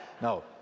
No